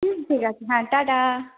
হুম ঠিক আছে হ্যাঁ টা টা